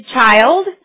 child